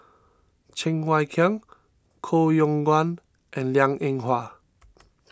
Cheng Wai Keung Koh Yong Guan and Liang Eng Hwa